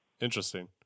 interesting